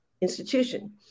institution